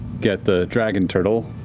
get the dragon turtle